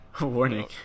Warning